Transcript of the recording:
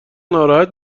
ناراحت